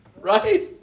Right